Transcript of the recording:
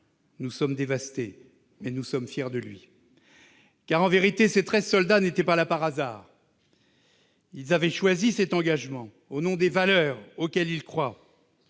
nous sommes dévastés, mais nous sommes fiers de lui »; car, en vérité, ces treize soldats n'étaient pas là par hasard ; ils avaient choisi cet engagement au nom des valeurs, auxquelles ils croient,